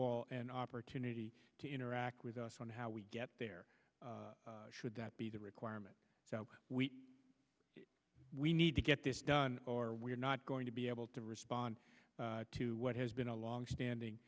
all an opportunity to interact with us on how we get there should that be the requirement we need to get this done or we're not going to be able to respond to what has been a longstanding